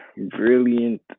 brilliant